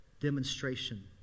demonstration